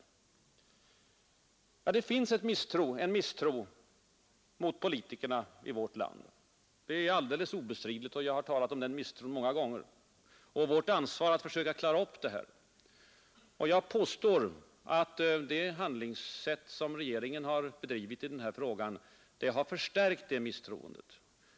Det finns en misstro mot politikerna i vårt land. Det är alldeles obestridligt, och jag har talat om den misstron många gånger och om vårt ansvar att försöka klara upp det här. Jag påstår att det handlingssätt regeringen visat i den här frågan har förstärkt det misstroendet.